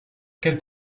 quelle